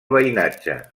veïnatge